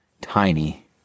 tiny